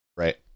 Right